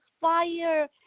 fire